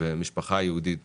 שורפים את הרכב למשפחה יהודית